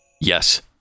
Yes